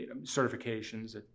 certifications